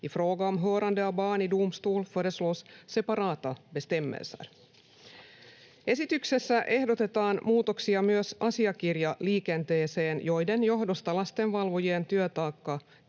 I fråga om hörande av barn i domstol föreslås separata bestämmelser. Esityksessä ehdotetaan myös asiakirjaliikenteeseen muutoksia, joiden johdosta lastenvalvojien työtaakka